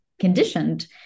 conditioned